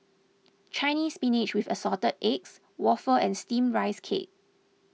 Chinese Spinach with Assorted Eggs Waffle and Steamed Rice Cake